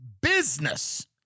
business